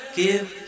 give